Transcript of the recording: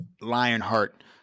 Lionheart